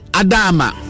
adama